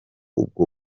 ubwo